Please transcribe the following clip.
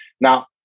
Now